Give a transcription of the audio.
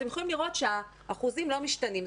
אתם יכולים לראות שהאחוזים לא משתנים.